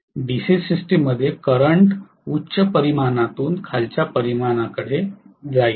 DC system मध्ये current उच्च परिमाणातून खालच्या परिमाणाकडे जाईल